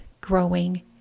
growing